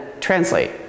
translate